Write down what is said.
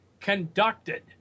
conducted